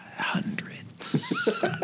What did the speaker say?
Hundreds